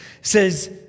says